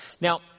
Now